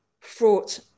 fraught